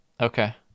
Okay